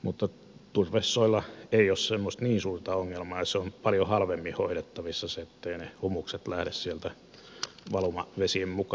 mutta turvesoilla ei ole semmoista niin suurta ongelmaa ja se on paljon halvemmin hoidettavissa etteivät ne humukset lähde sieltä valumavesien mukaan